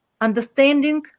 understanding